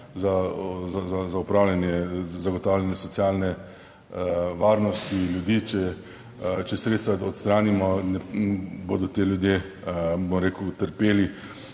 za opravljanje, zagotavljanje socialne varnosti ljudi; če sredstva, da odstranimo bodo ti ljudje, bom rekel, trpeli.